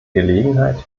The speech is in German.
gelegenheit